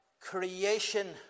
creation